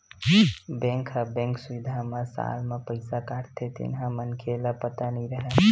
bank ह bank सुबिधा म साल म पईसा काटथे तेन ह मनखे ल पता नई रहय